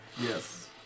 Yes